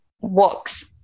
works